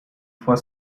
for